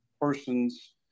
person's